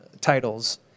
titles